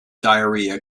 diarrhea